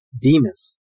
Demas